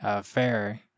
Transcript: fair